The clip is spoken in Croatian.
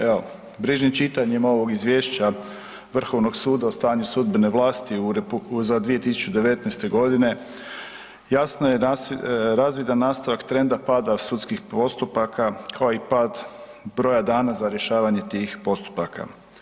Evo brižnim čitanjem ovog Izvješća Vrhovnog suda o stanju sudbene vlasti 2019. godine jasno je razvidan nastavak trenda pada sudskih postupaka kao i pad broja dana za rješavanje tih postupaka.